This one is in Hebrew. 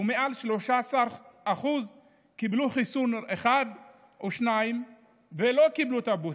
ומעל 13% קיבלו חיסון אחד או שניים ולא קיבלו את הבוסטר.